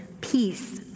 peace